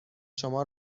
شما